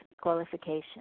qualification